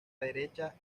derecha